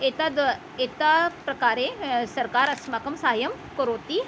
एतद् एतावत् प्रकारे सर्कारः अस्माकं सहायं करोति